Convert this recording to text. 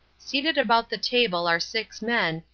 seated about the table are six men,